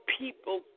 people